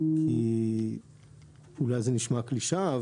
כי אולי זו נשמעת קלישאה,